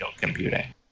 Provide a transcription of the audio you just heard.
computing